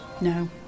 no